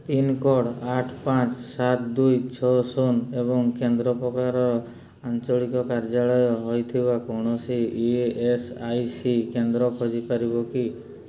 pincode ଆଠ ପାଞ୍ଚ ସାତ ଦୁଇ ଛଅ ଶୂନ ଏବଂ କେନ୍ଦ୍ର ପ୍ରକାର ଆଞ୍ଚଳିକ କାର୍ଯ୍ୟାଳୟ ହେଇଥିବା କୌଣସି ଇ ଏସ୍ ଆଇ ସି କେନ୍ଦ୍ର ଖୋଜିପାରିବ କି